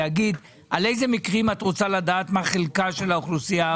להגיד על אלו מקרים את רוצה לדעת מה חלקה של האוכלוסייה הערבית.